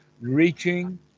reaching